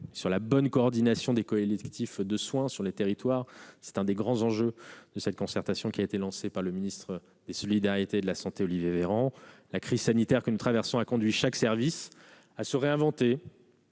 sur la bonne coordination des collectifs de soins, sur les territoires. C'est l'un des grands enjeux de la concertation qui a été lancée par le ministre des solidarités et de la santé, Olivier Véran. La crise sanitaire que nous traversons a conduit chaque service à se réinventer,